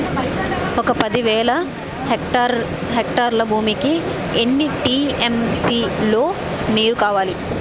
ఒక పది వేల హెక్టార్ల భూమికి ఎన్ని టీ.ఎం.సీ లో నీరు కావాలి?